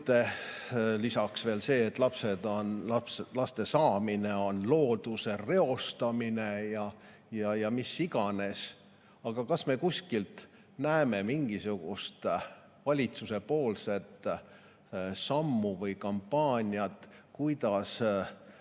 Lisaks veel see, et laste saamine on looduse reostamine ja mis iganes. Aga kas me kuskil näeme mingisugust valitsuse sammu või kampaaniat, kuidas